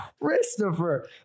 Christopher